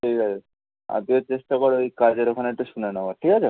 ঠিক আছে আর তুইও চেষ্টা কর ওই কাজের ওখানে একটু শুনে নেওয়ার ঠিক আছে